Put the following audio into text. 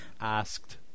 Asked